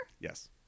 Yes